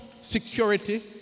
security